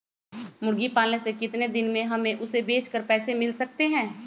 मुर्गी पालने से कितने दिन में हमें उसे बेचकर पैसे मिल सकते हैं?